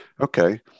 okay